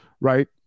right